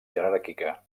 jeràrquica